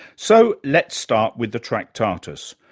so let's start with the tractatus.